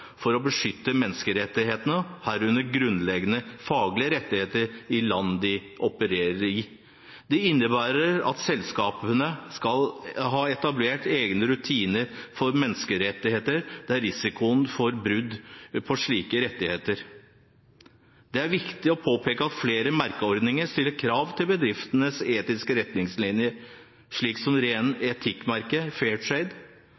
for å beskytte menneskerettighetene, herunder grunnleggende faglige rettigheter i land de opererer i. Det innebærer at selskapene skal ha etablert egne rutiner for menneskerettigheter der det er risiko for brudd på slike rettigheter. Det er viktig å påpeke at flere merkeordninger stiller krav til bedriftenes etiske retningslinjer, slik som